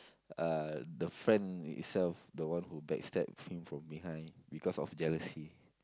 uh the friend itself the one who backstab him from behind because of jealousy